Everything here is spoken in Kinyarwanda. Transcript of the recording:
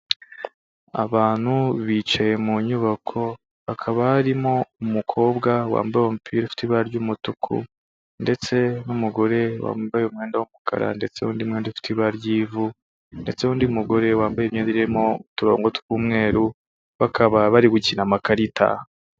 Abantu bicaye mu nyubako, hakaba harimo umukobwa wambaye umupira ufite ibara ry'umutuku ndetse n'umugore wambaye umwenda w'umukara ndetse undi mwenda ufite ibara ry'ivu ndetse n'undi mugore wambaye imyenda irimo uturongo tw'umweru, bakaba bari gukina amakarita.